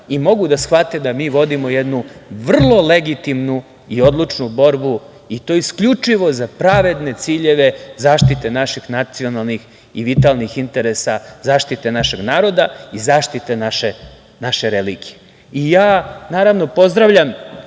i mogu da shvate da mi vodimo jednu vrlo legitimnu i odlučnu borbu i to isključivo za pravedne ciljeve zaštite naših nacionalnih i vitalnih interesa, zaštite našeg naroda i zaštite naše religije. Naravno, pozdravljam,